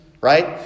right